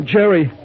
Jerry